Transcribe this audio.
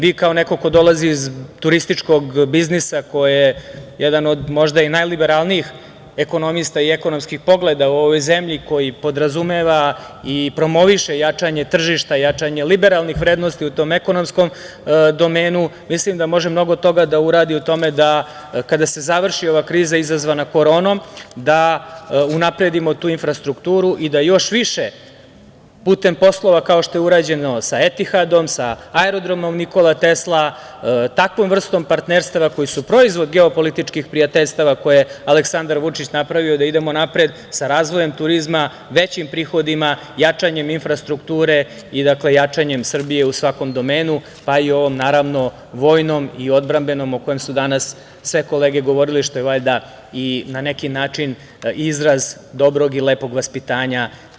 Vi kao neko ko dolazi iz turističkog biznisa, ko je jedan od možda i najliberalnijih ekonomista i ekonomskih pogleda u ovoj zemlji, koji podrazumeva i promoviše jačanje tržišta, jačanje liberalnih vrednosti u tom ekonomskom domenu, mislim da može mnogo toga da uradi u tome da kada se završi ova kriza izazvana koronom unapredimo tu infrastrukturu i da još više putem poslova kao što je urađeno sa „Etihadom“, sa Aerodromom „Nikola Tesla“, takvom vrstom partnerstava koja su proizvod geopolitičkih prijateljstava koje je Aleksandar Vučić napravio da idemo napred sa razvojem turizma, većim prihodima, jačanjem infrastrukture i jačanjem Srbije u svakom domenu, pa i ovom naravno vojnom i odbrambenom o kojem su danas sve kolege govorile, što je valjda i na neki način izraz dobrog i lepog vaspitanja.